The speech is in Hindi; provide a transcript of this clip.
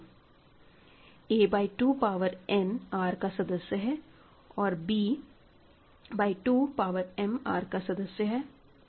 a by 2 power n R का सदस्य है और b by 2 power m R का सदस्य है